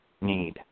need